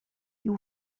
you